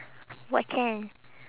what can